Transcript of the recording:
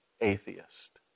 atheist